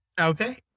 Okay